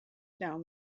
down